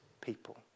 people